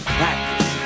practice